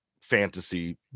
fantasy